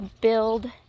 build